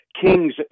King's